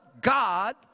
God